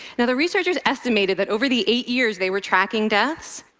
now the researchers estimated that over the eight years they were tracking deaths,